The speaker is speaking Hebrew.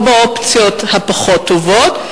לא באופציות הפחות הטובות,